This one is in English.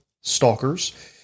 stalkers